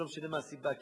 ולא משנה מה הסיבה,